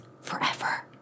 forever